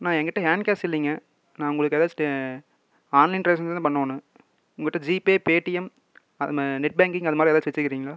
நான் என்கிட்ட hand cash இல்லைங்க நான் உங்களுக்காக ஆன்லைன் ட்ரான்செக்ஷென் தான் பண்ணுவனு உங்ககிட்ட ஜீபே பேடீஎம் அது நெட் பேங்கிங் அது மாதிரி எதாச்சும் வச்சுருக்கிங்ளா